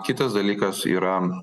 kitas dalykas yra